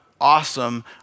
awesome